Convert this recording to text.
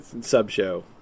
sub-show